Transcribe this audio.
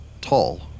tall